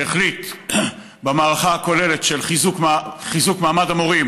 שהחליט במערכה הכוללת של חיזוק מעמד המורים